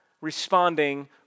responding